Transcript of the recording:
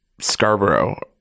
Scarborough